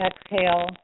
exhale